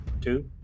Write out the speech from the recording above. two